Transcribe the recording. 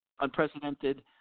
unprecedented